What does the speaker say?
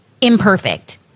imperfect